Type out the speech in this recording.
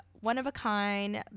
one-of-a-kind